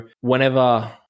whenever